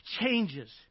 changes